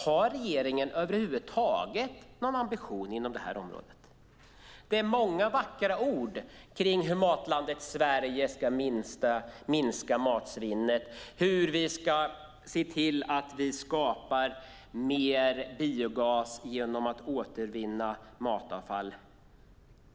Har regeringen över huvud taget någon ambition inom området? Det är många vackra ord om hur Matlandet Sverige ska minska matsvinnet och hur vi ska skapa mer biogas genom att återvinna matavfall.